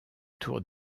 tour